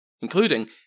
including